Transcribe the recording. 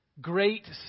great